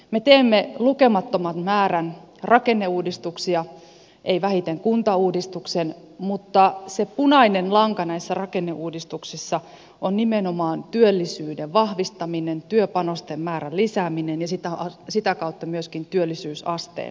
me teemme lukemattoman määrän rakenneuudistuksia ei vähiten kuntauudistuksessa mutta se punainen lan ka näissä rakenneuudistuksissa on nimenomaan työllisyyden vahvistaminen työpanosten määrän lisääminen ja sitä kautta myöskin työllisyysasteen nostaminen